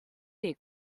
des